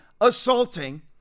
assaulting